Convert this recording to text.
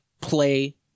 play